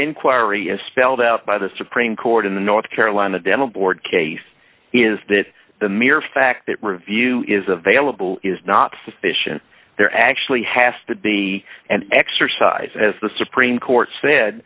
inquiry is spelled out by the supreme court in the north carolina dental board case is that the mere fact that review is available is not sufficient there actually has to be an exercise as the supreme court said